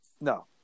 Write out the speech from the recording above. No